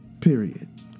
Period